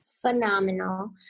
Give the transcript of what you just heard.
phenomenal